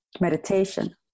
Meditation